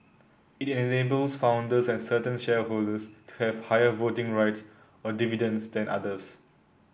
it enables founders and certain shareholders to have higher voting rights or dividends than others